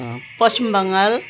Paschim Bengal